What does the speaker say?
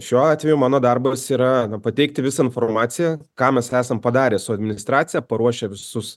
šiuo atveju mano darbas yra pateikti visą informaciją ką mes esam padarę su administracija paruošę visus